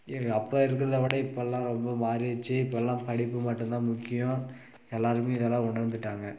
அப்போ இருக்கிறத விட இப்பெல்லாம் ரொம்ப மாறிடுச்சு இப்பெல்லாம் படிப்பு மட்டும்தான் முக்கியம் எல்லாேருமே இதெல்லாம் உணர்ந்துவிட்டாங்க